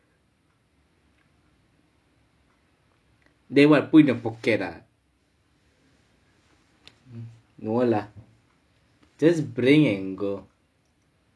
then what put in the pocket ah no lah just bring and go